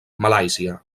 malàisia